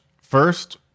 First